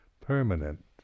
permanent